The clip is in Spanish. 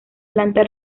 planta